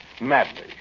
Madly